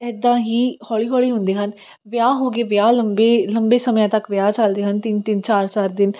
ਇੱਦਾਂ ਹੀ ਹੌਲੀ ਹੌਲੀ ਹੁੰਦੇ ਹਨ ਵਿਆਹ ਹੋ ਗਏ ਵਿਆਹ ਲੰਬੇ ਲੰਬੇ ਸਮਿਆਂ ਤੱਕ ਵਿਆਹ ਚੱਲਦੇ ਹਨ ਤਿੰਨ ਤਿੰਨ ਚਾਰ ਚਾਰ ਦਿਨ